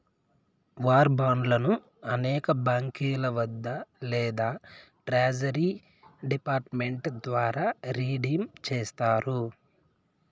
war బాండ్లను అనేక బాంకీల వద్ద లేదా ట్రెజరీ డిపార్ట్ మెంట్ ద్వారా రిడీమ్ చేస్తారు